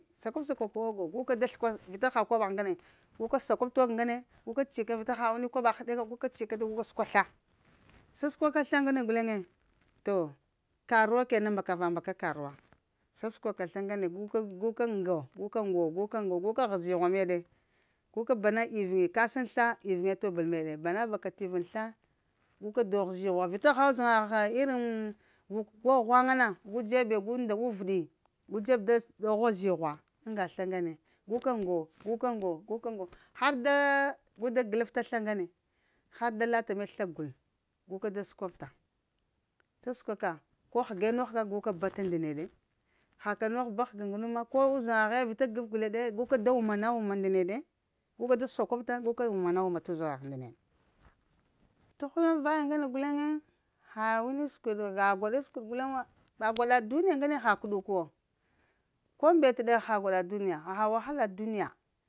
Sakwab-sakwa ka agə guka da sokwa, vita ha koɓagh ŋgane, guka sakwab tog ŋgane guka cika vata vita ha wani koɓagha heɗeka guka cikata guka səkwa sla, sasəkwa ka sla ŋgane guleŋe, to karuwa kena mbaka-va-mbaka ka karuwa sasəkwa sla ŋgane, guka ŋgo guka-ŋgo-guka ŋgo, guka pəsh zighwa meɗe guka ba iruŋi, ka saŋ sla wuŋ t'bəl meɗe, bana ba ka wuŋ t'sla, guka dogh zighwa vita haha uzaŋagha irin vuk ko ghwaŋa na, da dzebe gu nda uvuɗi, gu dzeb da ghwa zighwa ŋga sla ŋgane guka-ŋgo, guka-ŋgo guka-ŋgo har da guda gəlafta sla ŋgane, har da la ta meɗ sla gul, guka da səkwabta. Sabsəkwa ko həge nogh ka guka bata nda neɗe, ha nogh ka ba həga ŋganu ma ko uzaŋga ghe vita gafgək guka da wumana-wuma nda neɗe guka da sakwabta guka, wuma-na-wuna t'uzaŋgagh nda neɗe. Tughəleŋ vaya ŋgana guleŋe ha wani səkwidi, ha gwaɗa səkwiɗ guleŋ wo, va gwaɗa duniya ŋgane ha kuɗu ku wo. Ko mbet ɗe haha gwaɗa duniya, haha wahala duniya